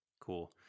cool